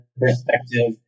perspective